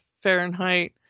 Fahrenheit